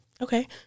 Okay